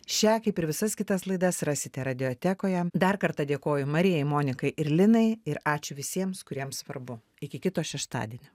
šią kaip ir visas kitas laidas rasite radiotekoje dar kartą dėkoju marijai monikai ir linai ir ačiū visiems kuriem svarbu iki kito šeštadienio